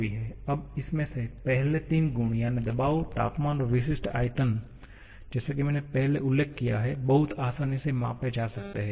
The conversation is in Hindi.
अब इसमें से पहले तीन गुण याने दबाव तापमान विशिष्ट आयतन जैसा कि मैंने पहले उल्लेख किया है बहुत आसानी से मापा जा सकता है